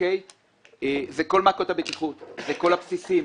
זה כל מעקות הבטיחות, הבסיסים,